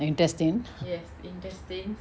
the intestine